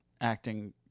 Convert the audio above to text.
acting